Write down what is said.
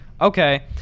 Okay